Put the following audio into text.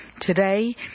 Today